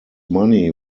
money